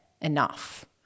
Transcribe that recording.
enough